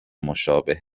مشابه